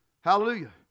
Hallelujah